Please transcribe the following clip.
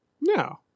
No